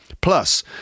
Plus